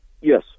Yes